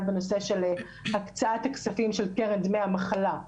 והיתה אפילו שמועה שמדינת ישראל רוצה להעביר את כספי הפנסיה,